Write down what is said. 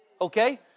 Okay